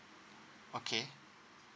okay